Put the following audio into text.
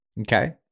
okay